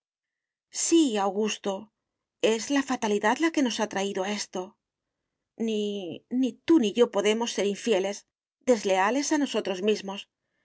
sí augusto es la fatalidad la que nos ha traído a esto ni ni tú ni yo podemos ser infieles desleales a nosotros mismos